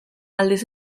aldiz